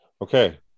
Okay